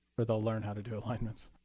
or, they'll learn how to do alignments.